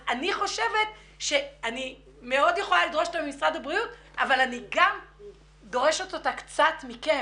אני יכולה לדרוש ממשרד הבריאות אבל אני גם דורשת את זה קצת מכם.